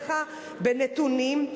אוזנך בנתונים,